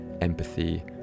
empathy